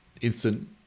instant